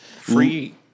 Free